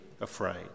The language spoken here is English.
afraid